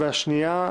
והשנייה,